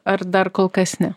ar dar kol kas ne